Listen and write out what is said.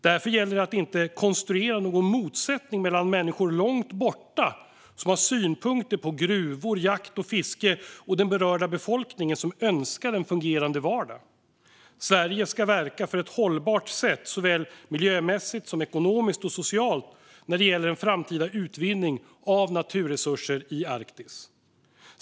Därför gäller det att inte konstruera någon motsättning mellan människor långt borta som har synpunkter på gruvor, jakt och fiske och den berörda befolkningen, som önskar en fungerande vardag. Sverige ska verka för hållbarhet, såväl miljömässigt som ekonomiskt och socialt, när det gäller en framtida utvinning av naturresurser i Arktis.